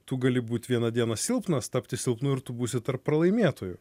tu gali būt vieną dieną silpnas tapti silpnu ir tu būsi tarp pralaimėtojų